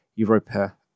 Europa